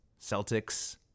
Celtics